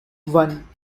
one